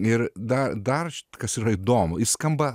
ir dar dar kas yra įdomu jis skamba